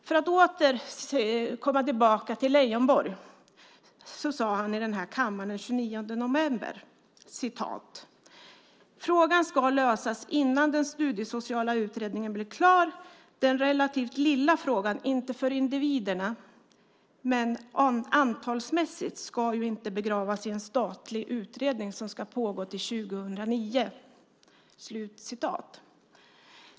Jag återkommer till Leijonborg. Den 29 november sade han här i kammaren att frågan "ska lösas innan den studiesociala utredningen blir klar. Den relativt lilla frågan, inte för individerna, men antalsmässigt, ska ju inte begravas i en statlig utredning som ska pågå till 2009."